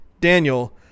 Daniel